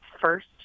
first